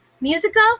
musical